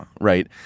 right